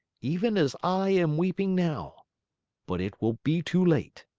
even as i am weeping now but it will be too late!